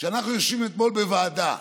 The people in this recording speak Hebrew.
שאנחנו יושבים אתמול בוועדה,